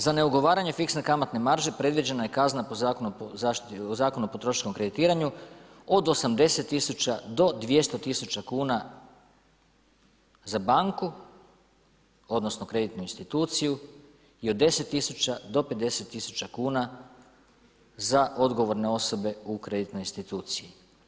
Za neugovaranje fiksne kamatne marže predviđena je kazna po Zakonu o potrošačkom kreditiranju od 80 000 do 200 000 kuna za banku, odnosno kreditnu instituciju i od 10 000 do 50 000 kuna za odgovorene osobe u kreditnoj instituciji.